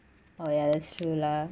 oh ya that's true lah